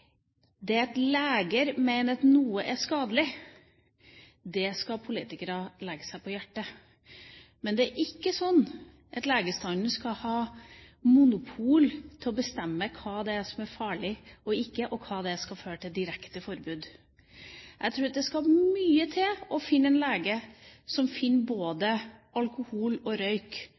Det at leger mener at noe er skadelig, skal politikere legge seg på hjertet, men det er ikke slik at legestanden skal ha monopol på å bestemme hva det er som er farlig eller ikke, og hva det er som skal føre til direkte forbud. Jeg tror at det skal mye til å finne en lege som finner både alkohol og røyk